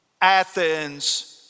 Athens